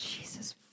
Jesus